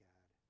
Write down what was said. God